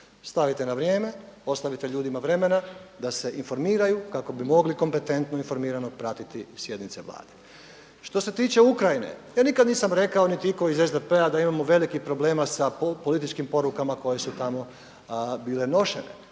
Stavite na vrijeme, ostavite ljudima vremena da se informiraju kako bi mogli kompetentno i informirano pratiti sjednice Vlade. Što se tiče Ukrajine ja nikad nisam rekao niti itko iz SDP-a da imamo velikih problema sa političkim porukama koje su tamo bile nošene.